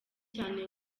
cyane